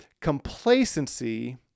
complacency